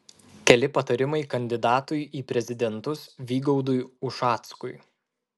keli patarimai kandidatui į prezidentus vygaudui ušackui